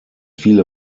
viele